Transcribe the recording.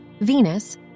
Venus